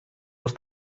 los